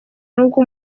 n’ubwo